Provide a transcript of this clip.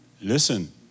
listen